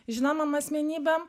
žinomom asmenybėm